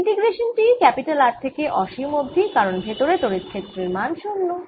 integration টি R থেকে অসীম অবধি কারণ ভেতরে তড়িৎ ক্ষেত্রের মান 0